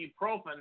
ibuprofen